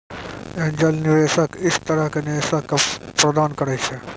angel निवेशक इस तरह के निवेशक क प्रदान करैय छै